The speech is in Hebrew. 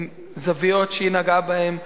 הזוויות שהיא נגעה בהן.